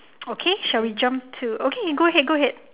okay shall we jump to okay go ahead go ahead